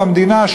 למדינה,